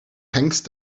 hängst